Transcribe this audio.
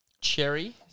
cherry